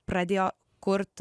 pradėjo kurt